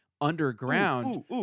underground